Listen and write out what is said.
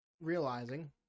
realizing